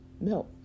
milk